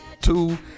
two